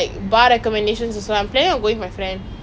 oh ya India also ban is it